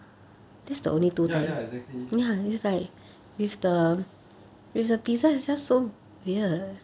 炒 ya ya exactly